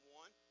one